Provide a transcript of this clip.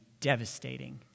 devastating